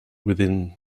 within